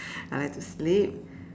I like to sleep